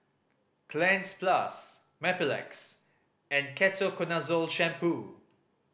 Cleanz Plus Mepilex and Ketoconazole Shampoo